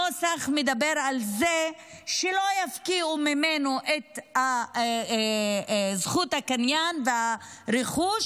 הנוסח מדבר על זה שלא יפקיעו ממנו את זכות הקניין והרכוש